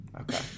Okay